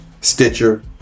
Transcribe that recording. stitcher